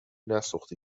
نسوخته